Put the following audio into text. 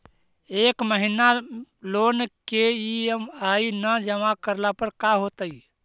एक महिना लोन के ई.एम.आई न जमा करला पर का होतइ?